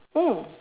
mm